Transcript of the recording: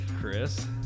Chris